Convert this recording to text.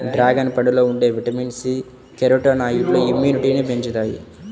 dragon పండులో ఉండే vitamin C, కెరోటినాయిడ్లు ఇమ్యునిటీని పెంచుతాయి